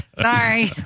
sorry